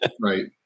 right